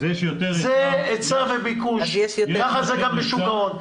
זה היצע וביקוש, ככה זה גם בשוק ההון.